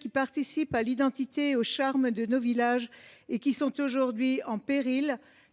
qui participent à l’identité et au charme de nos villages, sont aujourd’hui en péril